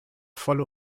volle